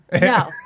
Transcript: No